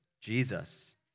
Jesus